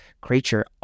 creature